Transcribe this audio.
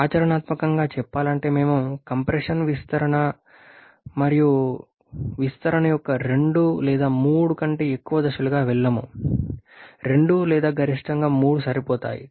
అయితే ఆచరణాత్మకంగా చెప్పాలంటే మేము కంప్రెషన్ మరియు విస్తరణ యొక్క రెండు లేదా మూడు కంటే ఎక్కువ దశలకు వెళ్లము రెండు లేదా గరిష్టంగా మూడు సరిపోతాయి